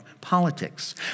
politics